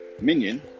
Minion